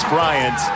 Bryant